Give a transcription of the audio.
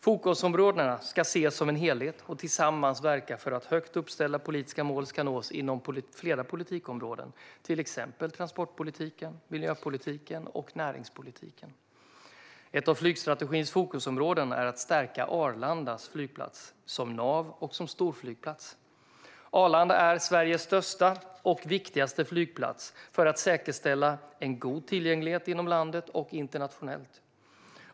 Fokusområdena ska ses som en helhet och tillsammans verka för att högt uppställda politiska mål ska nås inom flera politikområden, till exempel transportpolitiken, miljöpolitiken och näringspolitiken. Ett av flygstrategins fokusområden är att stärka Arlanda flygplats som nav och storflygplats. Arlanda är Sveriges största och viktigaste flygplats för att säkerställa en god tillgänglighet inom landet och internationellt.